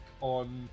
on